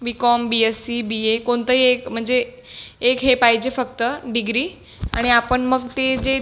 B com B S C B A कोणतंही एक म्हणजे एक हे पाहिजे फक्त डिग्री आणि आपण मग ते जे